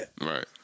Right